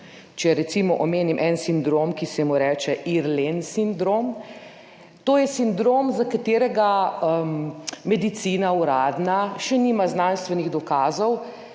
če recimo omenim en sindrom, ki se mu reče IRLEN sindrom. To je sindrom, za katerega medicina uradna še nima znanstvenih dokazov,